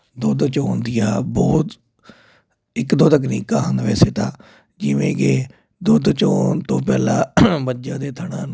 ਦੁੱਧ ਚੋਣ ਦੀਆਂ ਬਹੁਤ ਇੱਕ ਦੋ ਤਕਨੀਕਾਂ ਹਨ ਵੈਸੇ ਤਾਂ ਜਿਵੇਂ ਕਿ ਦੁੱਧ ਚੋਣ ਪਹਿਲਾਂ ਮੱਝਾਂ ਦੇ ਥਣਾਂ ਨੂੰ